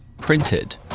printed